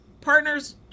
partner's